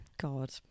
God